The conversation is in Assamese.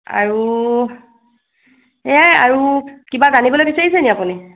আৰু সেয়াই আৰু কিবা জানিবলৈ বিচাৰিছে নি আপুনি